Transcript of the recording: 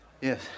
Yes